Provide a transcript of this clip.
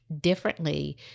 differently